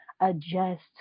adjust